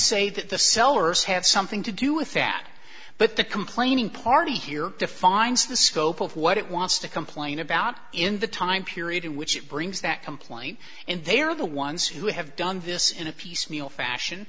say that the sellers have something to do with that but the complaining party here defines the scope of what it wants to complain about in the time period in which it brings that complaint and they are the ones who have done this in a piecemeal fashion